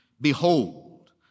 Behold